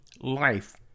life